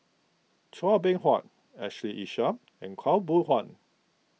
Chua Beng Huat Ashley Isham and Khaw Boon Wan